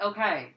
Okay